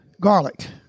Garlic